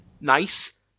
nice